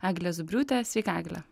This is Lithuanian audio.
eglė zubriūtė sveika egle